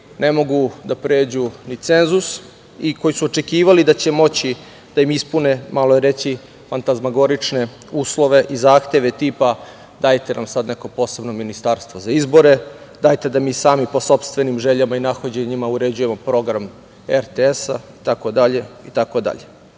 ne mogu da pređu ni cenzus i koji su očekivali da će moći da im ispune, malo je reći, fantazmagorične uslove i zahteve tipa, dajte nam sada neko posebno ministarstvo za izbore, dajte da mi sami po sopstvenim željama i nahođenjima uređujemo program RTS,